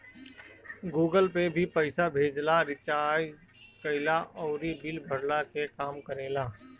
Google Pay भी पईसा भेजला, रिचार्ज कईला अउरी बिल भरला के काम करेला